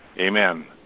Amen